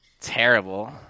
Terrible